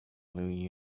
blue